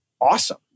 awesome